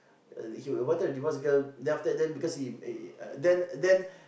he wanted to divorce girl then after that then because he uh then then